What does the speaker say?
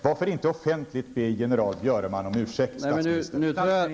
Varför inte offentligt be general Björneman om ursäkt, statsministern?